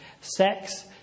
sex